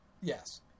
Yes